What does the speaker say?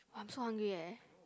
!wah! I'm so hungry eh